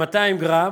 200 גרם,